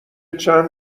چند